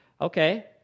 Okay